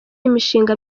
imishinga